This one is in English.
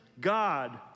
God